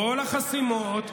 כל החסימות,